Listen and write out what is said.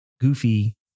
Goofy